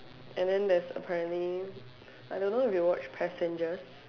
I mean there's apparently I don't know if you watched passengers